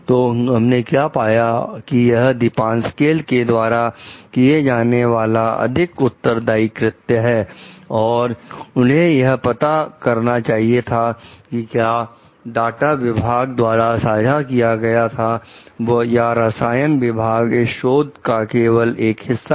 तो हमने क्या पाया कि यह दीपासक्वेल के द्वारा किया जाने वाला अधिक उत्तरदाई कृत्य है और उन्हें यह पता करना चाहिए था कि क्या डाटा विभाग द्वारा साझा किया गया था या रसायन विभाग इस शोध का केवल एक हिस्सा है